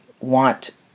want